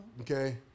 Okay